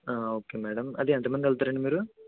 okay madam అది ఎంతమంది వెళ్తారండి మీరు